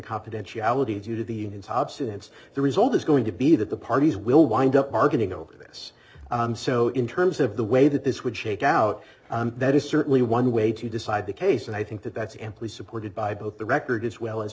confidentiality due to the unions hobson and the result is going to be that the parties will wind up bargaining over this so in terms of the way that this would shake out that is certainly one way to decide the case and i think that that's amply supported by both the record as well as